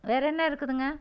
வேறு என்ன இருக்குதுங்க